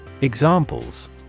Examples